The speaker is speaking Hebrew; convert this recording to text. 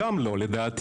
גם לא לדעתי,